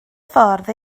ffordd